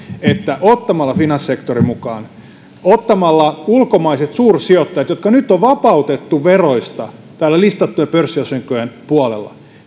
että ottamalla finanssisektorin mukaan ja ottamalla ulkomaiset suursijoittajat jotka nyt on vapautettu veroista listattujen pörssiosinkojen puolella